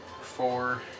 four